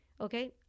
okay